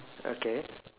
okay